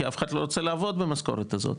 כי אף אחד לא רוצה לעבוד במשכורת הזאת.